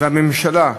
שני מפסידים: